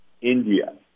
India